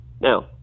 Now